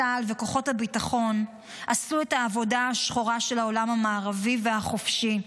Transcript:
צה"ל וכוחות הביטחון עשו את העבודה השחורה של העולם המערבי והחופשי.